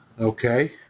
Okay